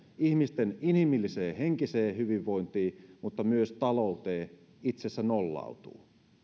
ihmisten inhimilliseen ja henkiseen hyvinvointiin mutta myös talouteen itse asiassa nollautuu